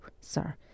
sir